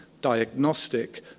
diagnostic